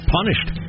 punished